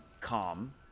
calm